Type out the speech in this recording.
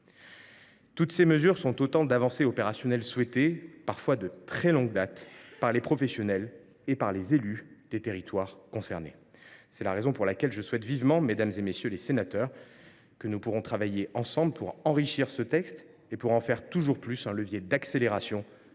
Toutes ces mesures sont autant d’avancées opérationnelles souhaitées, parfois de très longue date, par les professionnels et les élus des territoires concernés. C’est la raison pour laquelle je souhaite vivement, mesdames, messieurs les sénateurs, que nous puissions travailler ensemble pour enrichir ce projet de loi et en faire un levier d’accélération,